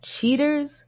cheaters